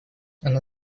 она